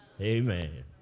amen